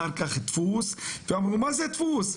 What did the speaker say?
אחר-כך, דפוס, ואמרו: מה זה דפוס?